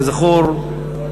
כזכור,